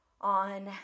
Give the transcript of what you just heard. on